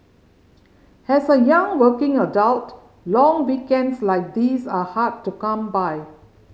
has a young working adult long weekends like these are hard to come by